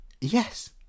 Yes